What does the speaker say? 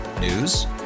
News